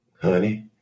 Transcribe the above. honey